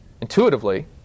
intuitively